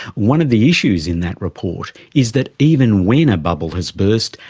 one of the issues in that report is that even when a bubble has burst,